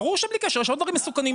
ברור שבלי קשר, יש עוד דברים מסוכנים.